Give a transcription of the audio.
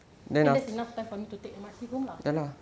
it just enough time for me to take M_R_T home lah